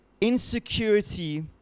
insecurity